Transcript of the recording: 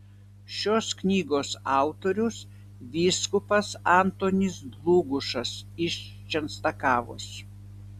šios knygos autorius vyskupas antonis dlugošas iš čenstakavos